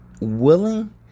willing